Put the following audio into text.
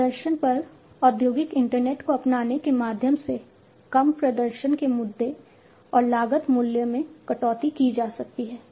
प्रदर्शन पर औद्योगिक इंटरनेट को अपनाने के माध्यम से कम प्रदर्शन के मुद्दे और लागत मूल्य में कटौती की जा सकती है